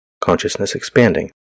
consciousness-expanding